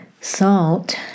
salt